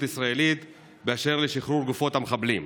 ישראלית באשר לשחרור גופות המחבלים,